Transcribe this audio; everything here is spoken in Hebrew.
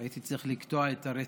הייתי צריך לקטוע את הרצף.